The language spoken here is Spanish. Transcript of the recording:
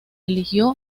eligió